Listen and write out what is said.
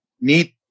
need